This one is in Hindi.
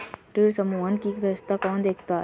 ऋण समूहन की व्यवस्था कौन देखता है?